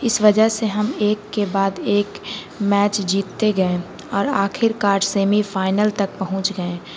اس وجہ سے ہم ایک کے بعد ایک میچ جیتتے گئے اور آخر کار سیمی فائنل تک پہنچ گئے